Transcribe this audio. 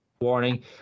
Warning